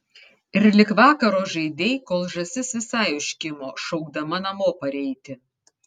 ir lig vakaro žaidei kol žąsis visai užkimo šaukdama namo pareiti